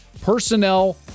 personnel